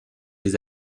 des